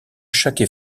chaque